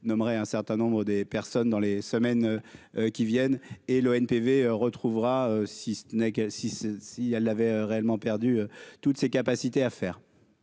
nommerai un certain nombre des personnes dans les semaines qui viennent, et l'ONPV retrouvera six n'est, si c'est si elle avait réellement perdu toutes ses capacités à faire.